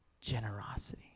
generosity